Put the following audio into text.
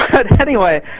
but anyway,